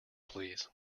please